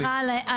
מיכל,